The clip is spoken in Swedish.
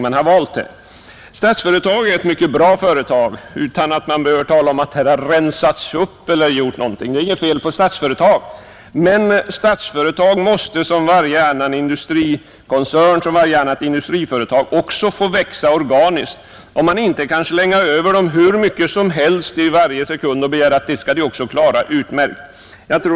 Statsföretag är ett mycket bra företag — man behöver inte tala om att här har ”rensats upp” eller någonting sådant. Det är inget fel på Statsföretag. Men Statsföretag måste liksom varje annat industriföretag få växa organiskt. Man kan inte slänga över företaget hur mycket som helst varje sekund och begära att de skall klara allting utmärkt.